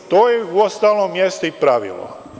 To uostalom jeste i pravilo.